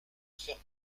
faire